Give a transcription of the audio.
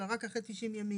אלא רק אחרי 90 ימים,